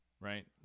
right